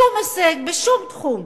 שום הישג בשום תחום.